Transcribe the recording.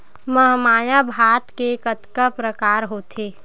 महमाया भात के कतका प्रकार होथे?